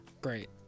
great